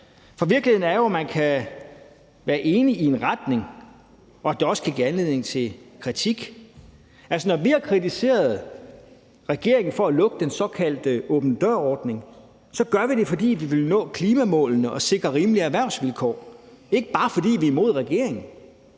for virkeligheden er jo, at man kan være enig i en retning, og at det også kan give anledning til kritik. Når vi har kritiseret regeringen for at lukke den såkaldte åben dør-ordning, gør vi det, fordi vi vil nå klimamålene og sikre rimelige erhvervsvilkår, ikke bare fordi vi er imod regeringen.